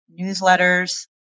newsletters